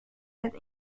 and